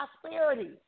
prosperity